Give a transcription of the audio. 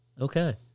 okay